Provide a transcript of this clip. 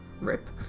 rip